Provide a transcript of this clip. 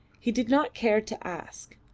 he did not care to ask,